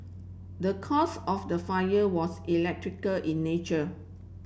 the cause of the fire was electrical in nature